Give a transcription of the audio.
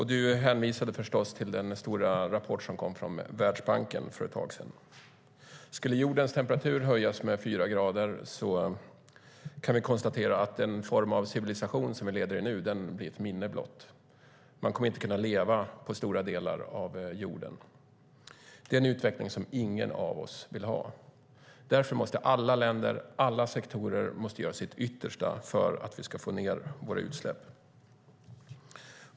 Du hänvisade förstås till den stora rapport som kom från Världsbanken för ett tag sedan. Skulle jordens temperatur höjas med fyra grader kan vi konstatera att den form av civilisation vi nu lever i blir ett minne blott. Man kommer inte att kunna leva på stora delar av jorden. Det är en utveckling ingen av oss vill ha. Därför måste alla länder och alla sektorer göra sitt yttersta för att vi ska få ned utsläppen.